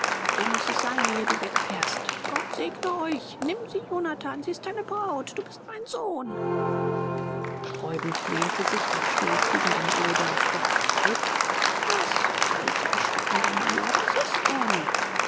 so muß es sein ehe du wegfährst gott segne euch nimm sie jonathan sie ist deine braut du bist mein sohn sträubend lehnte sich mit schnellfliegendem odem frock zurück was lallte erschrocken der major was ist denn